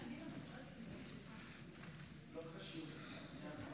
כבוד יושב-ראש הישיבה, כואב